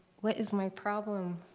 what is my problem?